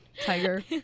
Tiger